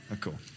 cool